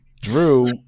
Drew